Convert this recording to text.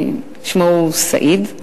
שמו הוא סעיד,